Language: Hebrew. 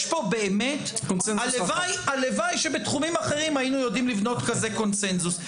יש פה באמת הלוואי שבתחומים אחרים היינו יודעים לבנות כזה קונצנזוס.